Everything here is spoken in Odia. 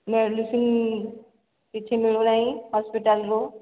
ମେଡିସିନ୍ କିଛି ମିଳୁ ନାହିଁ ହସ୍ପିଟାଲ୍ରୁ